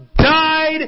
Died